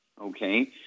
Okay